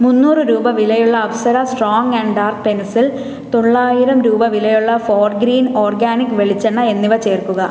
മുന്നൂറ് രൂപ വിലയുള്ള Apsara strong and dark pencil തൊള്ളായിരം രൂപ വിലയുള്ള ഫോർഗ്രീൻ ഓർഗാനിക് വെളിച്ചെണ്ണ എന്നിവ ചേർക്കുക